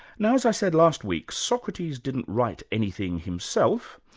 now, as i said last week socrates didn't write anything himself,